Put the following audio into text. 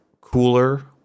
cooler